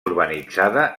urbanitzada